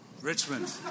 Richmond